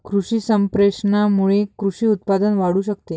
कृषी संप्रेषणामुळे कृषी उत्पादन वाढू शकते